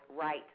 right